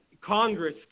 Congress